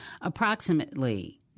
Approximately